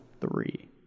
three